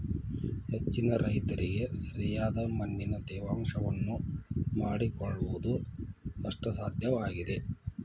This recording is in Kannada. ಹೆಚ್ಚಿನ ರೈತರಿಗೆ ಸರಿಯಾದ ಮಣ್ಣಿನ ತೇವಾಂಶವನ್ನು ಮಾಡಿಕೊಳ್ಳವುದು ಕಷ್ಟಸಾಧ್ಯವಾಗಿದೆ